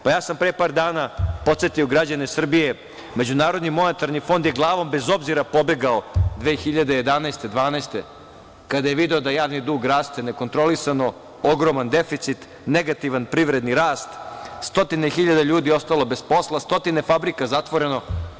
Pre par dana sam podsetio građane Srbije, MMF je glavom bez obzira pobegao 2011, 2012. godine, kada je video da javni dug raste nekontrolisano, ogroman deficit, negativan privredni rast, stotine hiljada ljudi ostalo bez posla, stotine fabrika zatvoreno.